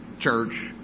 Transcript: church